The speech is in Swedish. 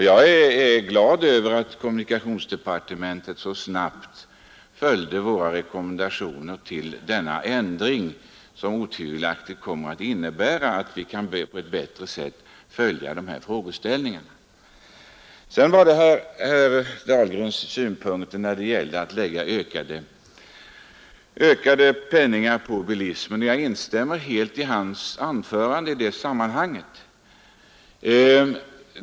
Jag är glad över att kommunikationsdepartementet så snabbt följde våra förslag, som innebär att vi på ett bättre sätt kan följa dessa frågeställningar. Beträffande herr Dahlgrens synpunkter där förslag framlagts att lägga en ökad andel av kostnaderna på bilismen så instämmer jag helt i den delen av hans anförande.